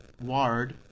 Ward